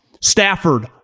Stafford